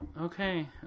okay